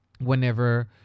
whenever